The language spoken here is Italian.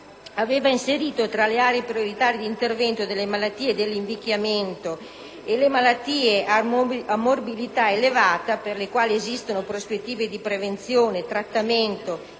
aveva inserito tra le aree prioritarie di intervento le malattie dell'invecchiamento e le malattie a morbilità elevata per le quali esistono prospettive di prevenzione, trattamento o ritardo